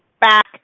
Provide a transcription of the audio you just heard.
back